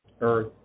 earth